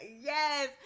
Yes